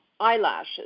eyelashes